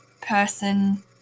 person